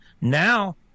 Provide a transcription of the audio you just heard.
Now